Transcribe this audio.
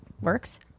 works